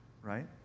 right